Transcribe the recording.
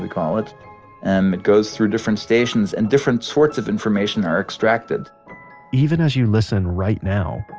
we call it and it goes through different stations and different sorts of information are extracted even as you listen right now,